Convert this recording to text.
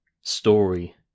story